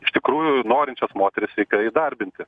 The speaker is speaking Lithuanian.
iš tikrųjų norinčias moteris reikia įdarbinti